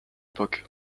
époque